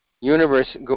universe